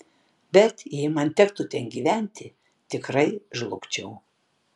bet jei man tektų ten gyventi tikrai žlugčiau